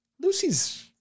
Lucy's